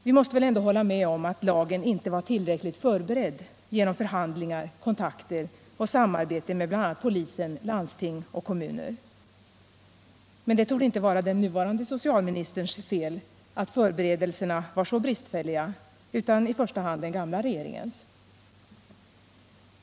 Vi måste väl ändå hålla med om att lagen inte var tillräckligt förberedd genom förhandlingar, kontakter och samarbete med bl.a. polis, landsting och kommuner. Men det torde inte vara den nuvarande socialministerns fel att förberedelserna var så bristfälliga utan i första hand den gamla regeringens.